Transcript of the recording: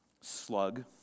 Slug